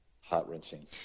heart-wrenching